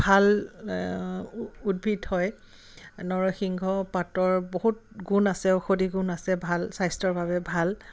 ভাল উদ্ভিদ হয় নৰসিংহ পাতৰ বহুত গুণ আছে ঔষধি গুণ আছে ভাল স্বাস্থ্যৰ বাবে ভাল